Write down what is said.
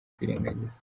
kwirengagiza